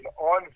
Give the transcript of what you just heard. on